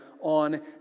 on